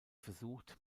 versucht